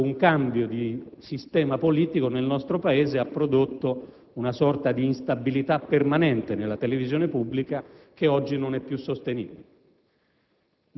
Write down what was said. da quando un cambio di sistema politico nel nostro Paese ha prodotto una sorta di instabilità permanente nella televisione pubblica che oggi non è più sostenibile.